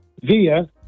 via